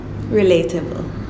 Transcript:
Relatable